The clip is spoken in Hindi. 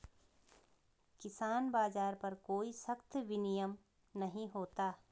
किसान बाज़ार पर कोई सख्त विनियम नहीं होता